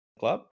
club